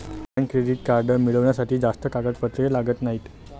किसान credit card मिळवण्यासाठी जास्त कागदपत्रेही लागत नाहीत